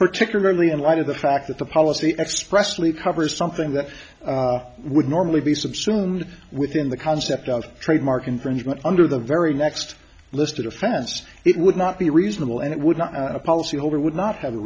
particularly in light of the fact that the policy expressly covers something that would normally be subsumed within the concept of trademark infringement under the very next listed offense it would not be reasonable and it would not a policy holder would not have a